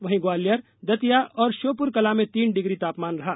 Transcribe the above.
वहीं ग्वालियर दतिया और श्यौप्रकला में तीन डिग्री तापमान रहा